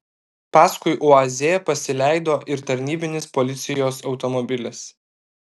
paskui uaz pasileido ir tarnybinis policijos automobilis